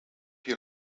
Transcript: you